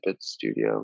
studio